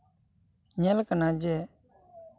ᱧᱮᱞ ᱠᱟᱱᱟ ᱡᱮ